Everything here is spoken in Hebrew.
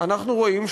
אנחנו רואים,